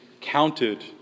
counted